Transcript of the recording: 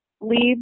leads